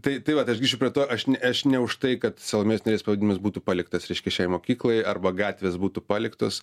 tai tai vat aš grįšiu prie to aš ne aš ne už tai kad salomėjos nėries pavadinimas būtų paliktas reiškia šiai mokyklai arba gatvės būtų paliktos